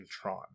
Tron